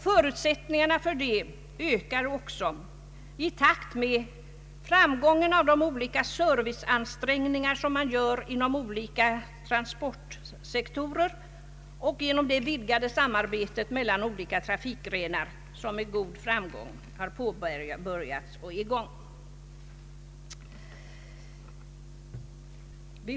Förutsättningarna för det ökar också i takt med framgången i de serviceansträngningar som görs inom olika transportsektorer och det vidgade samarbete mellan olika trafikgrenar som har påbörjats.